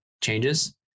changes